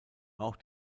auch